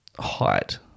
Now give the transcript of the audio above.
height